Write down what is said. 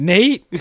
Nate